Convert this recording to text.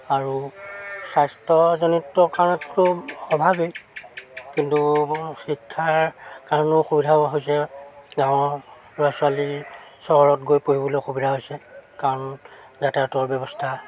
আৰু স্বাস্থ্যজনিত কাৰণেতো অভাৱেই কিন্তু শিক্ষাৰ কাৰণেও সুবিধাও হৈছে গাঁৱৰ ল'ৰা ছোৱালী চহৰত গৈ পঢ়িবলৈ অসুবিধা হৈছে কাৰণ যাতায়তৰ ব্যৱস্থা